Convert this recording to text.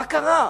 מה קרה?